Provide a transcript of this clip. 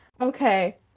Okay